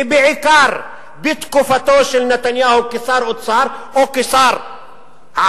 ובעיקר בתקופתו של נתניהו כשר אוצר או כשר-על,